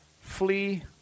flee